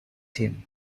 him